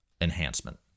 enhancement